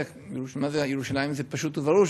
עוד לפני שקבעתי שההצעה התקבלה.